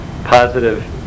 positive